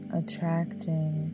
attracting